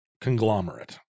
conglomerate